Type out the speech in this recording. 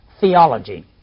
theology